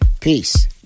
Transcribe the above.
peace